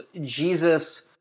Jesus